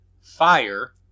fire